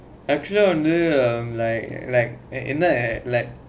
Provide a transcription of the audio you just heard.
actually only um like like என்ன:enna